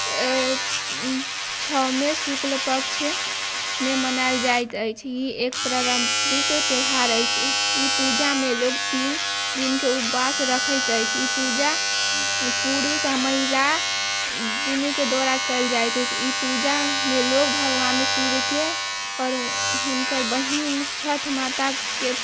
छओ मे शुक्ल पक्ष मे मनाओल जाइत अछि ई एक परम्परिक त्योहार अछि ई पूजा मे लोग तीन दिनके उपवास रखैत अछि ई पूजा पुरुष आ महिला दुनू के द्वारा कयल जाइत अछि ई पूजा मे लोग भगबान सूर्य के आओर हुनकर बहिन छठि माता के